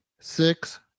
six